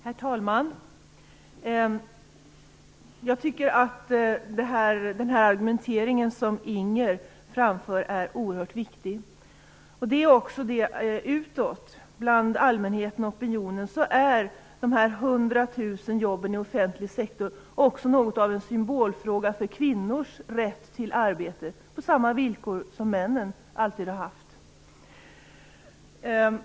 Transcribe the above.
Herr talman! Jag tycker att den argumentering som Inger Segelström framför är oerhört viktig. Utåt bland allmänheten och opinionen är frågan om de 100 000 jobben i offentlig sektor något av en symbolfråga när det gäller kvinnors rätt till arbete på de villor som männen alltid har haft.